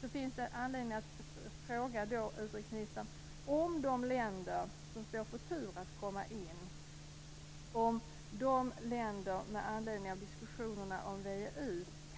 Det finns skäl att med anledning av diskussionerna om VEU fråga utrikesministern om de länder som står på tur att komma in